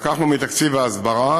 לקחנו מתקציב ההסברה